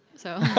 so.